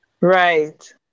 Right